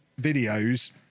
videos